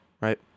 right